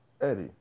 Eddie